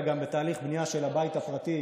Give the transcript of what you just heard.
אלא הם גם בתהליך בנייה של הבית הפרטי,